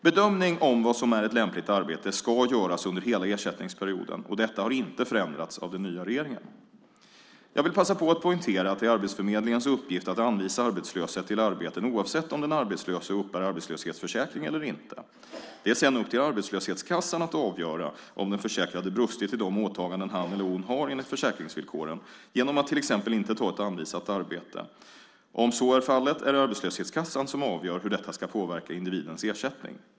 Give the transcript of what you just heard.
Bedömning av vad som är ett lämpligt arbete ska göras under hela ersättningsperioden, och detta har inte förändrats av den nya regeringen. Jag vill passa på att poängtera att det är arbetsförmedlingens uppgift att anvisa arbetslösa till arbeten oavsett om den arbetslöse uppbär arbetslöshetsersättning eller inte. Det är sedan upp till arbetslöshetskassan att avgöra om den försäkrade brustit i de åtaganden han eller hon har enligt försäkringsvillkoren genom att till exempel inte ta ett anvisat arbete; om så är fallet är det arbetslöshetskassan som avgör hur detta ska påverka individens ersättning.